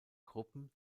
gruppen